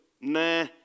Nah